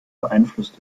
beeinflusst